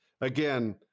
Again